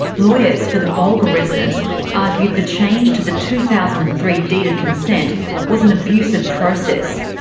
lawyers for the bulga residents argued the change to the two thousand and three deed of consent was an abuse of process,